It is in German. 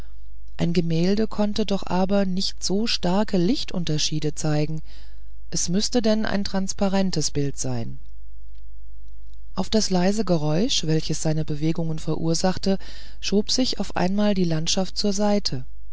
ein gemälde konnte doch aber nicht so starke lichtunterschiede zeigen es müßte denn ein transparentes bild sein auf das leise geräusch welches seine bewegung verursachte schob sich auf einmal die landschaft zur seite